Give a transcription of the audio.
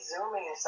Zooming